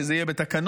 שזה יהיה בתקנות.